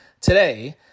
today